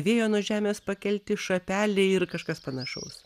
vėjo nuo žemės pakelti šapeliai ir kažkas panašaus